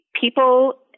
People